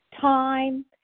time